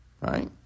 right